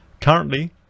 Currently